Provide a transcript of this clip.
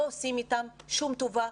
לא עושים להם שום טובה.